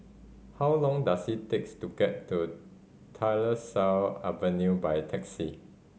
how long does it takes to get to Tyersall Avenue by taxi